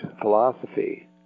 philosophy